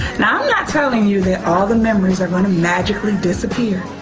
now i'm not telling you that all the memories are gonna magically disappear